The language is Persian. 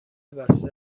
بسته